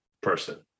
person